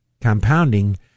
Compounding